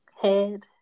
head